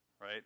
right